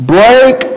Break